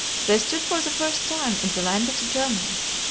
they stood for the first time in the land of the germans,